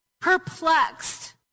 perplexed